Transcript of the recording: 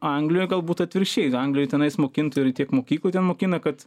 anglijoj galbūt atvirkščiai anglijoj tenais mokintų ir tiek mokykloj ten mokina kad